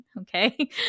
Okay